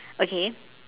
okay